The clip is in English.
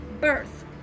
birth